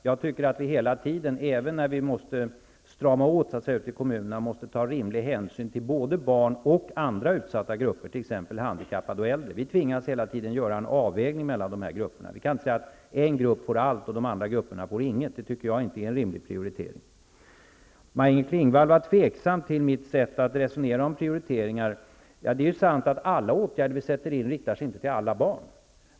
Jag tycker att vi hela tiden, även när vi måste strama åt ute i kommunerna, måste ta rimlig hänsyn till både barn och andra utsatta grupper, t.ex. handikappade och äldre. Vi tvingas hela tiden göra en avvägning mellan dessa grupper. Vi kan inte säga att en grupp får allt och de andra grupperna får inget. Jag tycker inte att det är en rimlig prioritering. Maj-Inger Klingvall var tveksam till mitt sätt att resonera om prioriteringar. Det är sant att alla åtgärder vi sätter in inte riktar sig till alla barn.